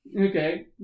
Okay